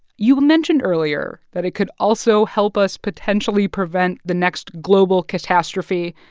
you mentioned earlier that it could also help us potentially prevent the next global catastrophe.